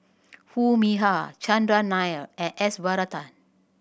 Foo Mee Har Chandran Nair and S Varathan